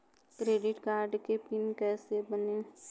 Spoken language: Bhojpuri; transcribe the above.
क्रेडिट कार्ड के पिन कैसे बनी?